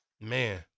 Man